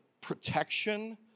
protection